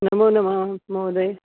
नमो नमः महोदय